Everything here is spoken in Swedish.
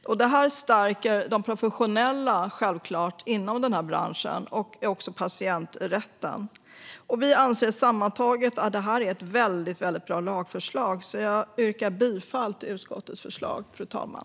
Detta stärker självfallet de professionella i branschen liksom patienträtten. Sammantaget anser vi att det här är ett väldigt bra lagförslag, och jag yrkar bifall till utskottets förslag, fru talman.